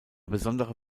besondere